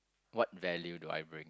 what value do I bring